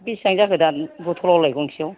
बेसेबां जाखो दा बथ'लआवलाय गंसेयाव